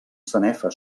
sanefa